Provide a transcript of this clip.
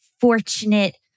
fortunate